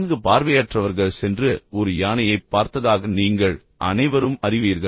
நான்கு பார்வையற்றவர்கள் சென்று ஒரு யானையைப் பார்த்ததாக நீங்கள் அனைவரும் அறிவீர்கள்